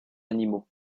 animaux